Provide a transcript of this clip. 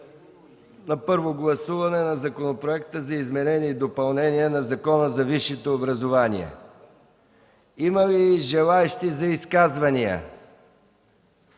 за първо гласуване на Законопроекта за изменеие на Закона за висшето образование. Има ли желаещи за изказвания?